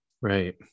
Right